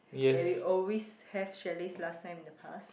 that we always have chalets last time in the past